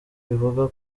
ivuga